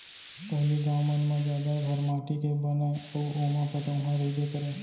पहिली गॉंव मन म जादा घर माटी के बनय अउ ओमा पटउहॉं रइबे करय